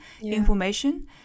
information